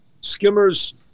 Skimmers